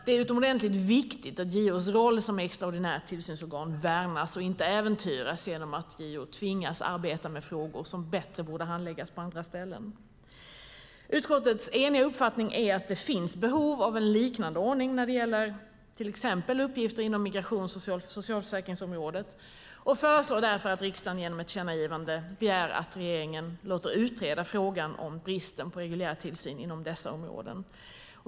Det är utomordentligt viktigt att JO:s roll som extraordinärt tillsynsorgan värnas och inte äventyras genom att JO tvingas arbeta med frågor som borde handläggas på andra ställen. Utskottets eniga uppfattning är att det finns behov av en liknande ordning när det gäller till exempel uppgifter inom migrations och socialförsäkringsområdena och föreslår därför att riksdagen genom ett tillkännagivande begär att regeringen låter utreda frågan om bristen på reguljär tillsyn inom dessa områden.